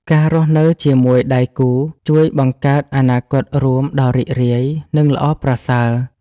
ការរស់នៅជាមួយដៃគូជួយបង្កើតអនាគតរួមដ៏រីករាយ និងល្អប្រសើរ។